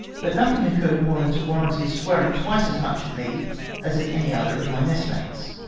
but nothing occurred more than to warrant his swearing twice as much at me as at any other of my messmates.